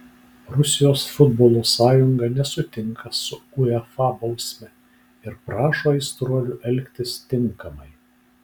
rusijos futbolo sąjunga nesutinka su uefa bausme ir prašo aistruolių elgtis tinkamai